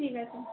ঠিক আছে